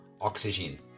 oxygen